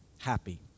happy